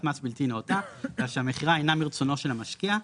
מס בלתי נאותה ושהמכירה אינה מרצונו של המשקיע,